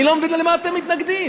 אני לא מבין למה אתם מתנגדים?